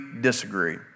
disagree